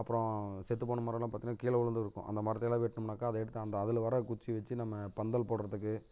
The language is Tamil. அப்புறம் செத்துப்போன மரலாம் பார்த்தினா கீழ விழுந்து இருக்கும் அந்த மரத்தை எல்லாம் வெட்டுனோம்னாக்கா அதை எடுத்து அந்த அதில் வர குச்சியை வச்சு நம்ம பந்தல் போடுறதுக்கு